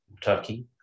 Turkey